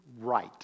right